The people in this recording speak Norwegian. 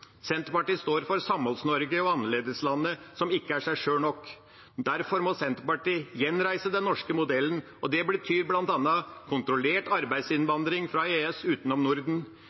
Senterpartiet står for Samholds-Norge og annerledeslandet som ikke er seg sjøl nok. Derfor må Senterpartiet gjenreise den norske modellen, og det betyr bl.a. kontrollert arbeidsinnvandring fra EØS utenom Norden,